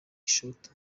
ishoti